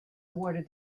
awarded